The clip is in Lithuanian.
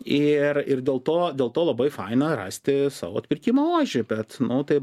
ir ir dėl to dėl to labai faina rasti sau atpirkimo ožį bet nu tai